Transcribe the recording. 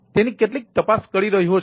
તેની કેટલી તપાસ કરી રહ્યો છું